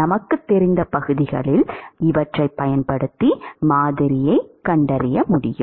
நமக்குத் தெரிந்த பகுதிகளில் இவற்றை பயன்படுத்தி மாதிரியைக் கண்டறிய முடியும்